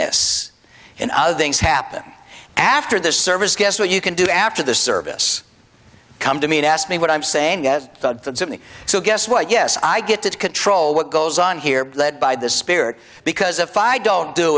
wackiness and other things happen after this service guess what you can do after the service come to me and ask me what i'm saying yes to me so guess what yes i get to control what goes on here led by the spirit because if i don't do